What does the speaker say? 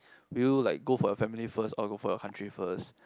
will you like go for your family first or go for your country first